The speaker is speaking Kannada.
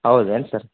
ಹೌದೇನು ಸರ್